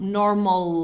normal